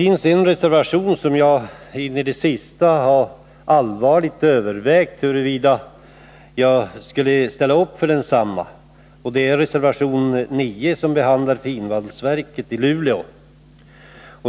Jag har in i det sista allvarligt övervägt om jag skulle stödja en av reservationerna, och det är reservation 9, som behandlar finvalsverket i Luleå.